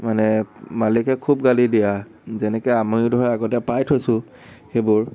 মানে মালিকে খুব গালি দিয়ে যেনেকৈ আমিও ধৰা আগতে পাই থৈছোঁ সেইবোৰ